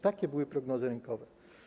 Takie były prognozy rynkowe.